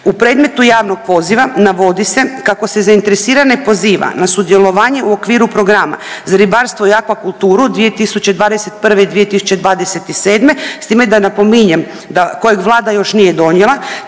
U predmetu javnog poziva navodi se kako se zainteresirane poziva na sudjelovanje u okviru programa za ribarstvo i akvakulturu 2021.-2027. s time da napominjem, kojeg Vlada još nije donijela,